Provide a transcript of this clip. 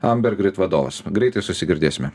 ambergrit vadovas greitai susigirdėsime